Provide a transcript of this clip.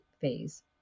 phase